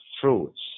fruits